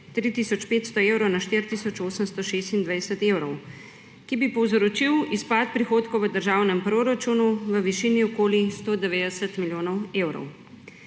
500 evrov na 4 tisoč 826 evrov, ki bi povzročilo izpad prihodkov v državnem proračunu v višini okoli 190 milijonov evrov.